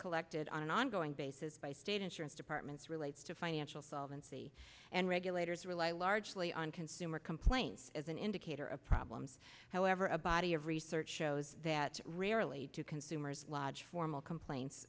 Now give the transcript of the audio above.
collected on an ongoing basis by state insurance departments relates to financial solvency and regulators rely largely on consumer complaints as an indicator of problems however a body of research shows that rarely do consumers watch formal complain